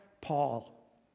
Paul